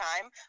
time